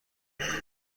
برسد